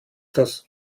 das